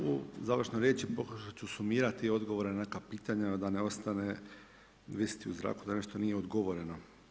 U završnoj riječi pokušati ću sumirati odgovore na neka pitanja da ne ostane visjeti u zraku da nešto nije odgovoreno.